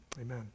amen